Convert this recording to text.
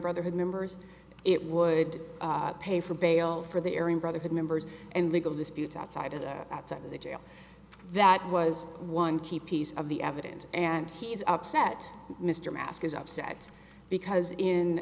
brotherhood members it would pay for bail for the area brotherhood members and legal disputes outside of the outside of the jail that was one key piece of the evidence and he is upset mr mask is upset because in